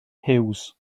huws